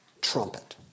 trumpet